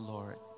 Lord